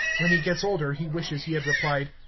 when he gets older, he wishes he had replied,